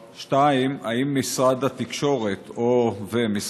2. האם משרד התקשורת או משרד